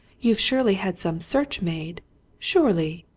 you've surely had some search made surely!